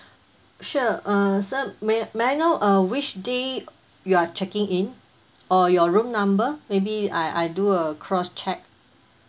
sure err sir may may I know uh which day you are checking in or your room number maybe I I do a cross check